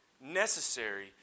necessary